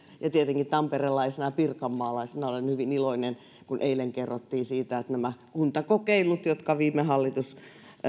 ja tietenkin tamperelaisena pirkanmaalaisena olen hyvin iloinen kun eilen kerrottiin siitä että nämä kuntakokeilut jotka viime hallitus